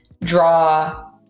draw